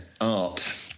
art